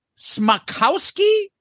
Smakowski